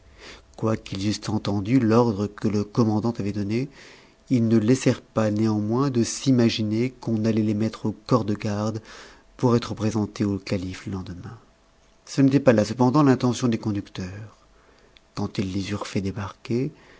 quoiqu'ils eussent entendu l'ordre que le commandant avait donné ils ne laissèrent pas néanmoins de s'imaginer qu'on allait les mettre au corps-de-garde pour être présentés au calife le lendemain ce n'était pas là cependant l'intention des conducteurs quand ils les eurent fait débarquer